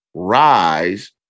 rise